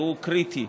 והוא קריטי,